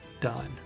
done